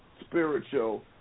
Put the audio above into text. spiritual